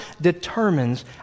determines